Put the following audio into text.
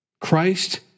Christ